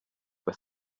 with